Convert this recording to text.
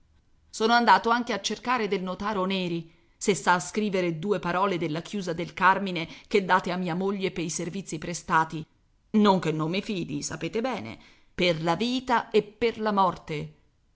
sono stato anche a cercare del notaro neri se s'ha a scrivere due parole della chiusa del carmine che date a mia moglie pei servizi prestati non che non mi fidi sapete bene per la vita e per la morte